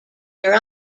are